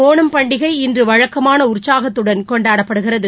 ஒணம் பண்டிகை இன்று வழக்கமான உற்சாகத்துடன் கொண்டாடப்படுகிறது